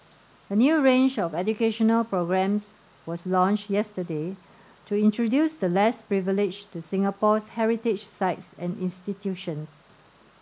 a new range of educational programmes was launched yesterday to introduce the less privileged to Singapore's heritage sites and institutions